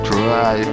Try